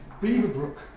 Beaverbrook